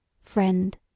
friend